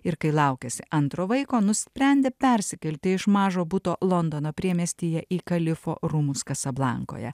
ir kai laukėsi antro vaiko nusprendė persikelti iš mažo buto londono priemiestyje į kalifo rūmus kasablankoje